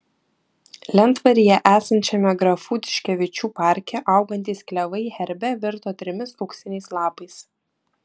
lentvaryje esančiame grafų tiškevičių parke augantys klevai herbe virto trimis auksiniais lapais